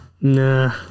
Nah